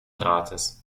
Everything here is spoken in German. rates